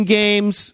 games